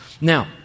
Now